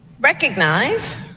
recognize